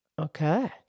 Okay